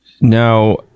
now